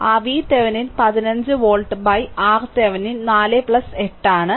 ആ VThevenin 15 volt RThevenin 4 8 ആണ്